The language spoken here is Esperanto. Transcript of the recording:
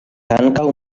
ankaŭ